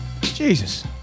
Jesus